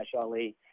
Ali